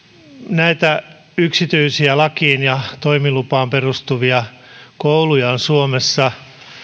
näitä yksityisiä lakiin ja toimilupaan perustuvia kouluja on suomessa